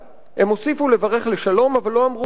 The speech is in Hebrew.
הם הוסיפו לברך לשלום אבל לא אמרו כלום.